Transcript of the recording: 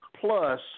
Plus